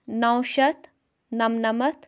نَو شَتھ نَمنَمَتھ